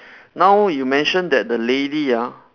now you mention that the lady ah